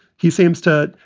he seems to,